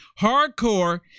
Hardcore